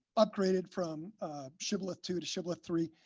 upgraded from shibboleth two to shibboleth three